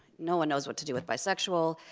no one knows what to do with bisexual,